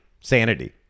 sanity